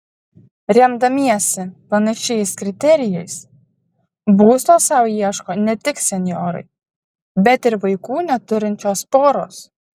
remdamiesi panašiais kriterijais būsto sau ieško ne tik senjorai bet ir vaikų neturinčios poros